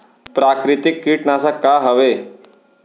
प्राकृतिक कीटनाशक का हवे?